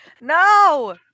No